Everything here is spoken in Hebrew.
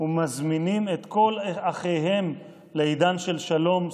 ומזמינים את כל אחיהם לעידן של שלום,